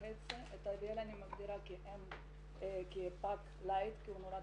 את עדיאל אני מגדירה כפג לייט כי הוא נולד